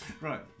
Right